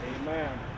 Amen